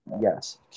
Yes